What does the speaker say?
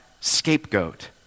scapegoat